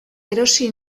erosi